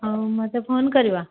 ହେଉ ମୋତେ ଫୋନ କରିବ